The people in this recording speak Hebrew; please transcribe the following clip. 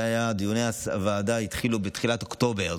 דיוני הוועדה התחילו בתחילת אוקטובר,